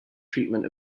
treatment